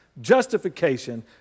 Justification